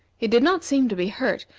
it did not seem to be hurt,